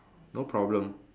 no problem